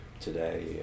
Today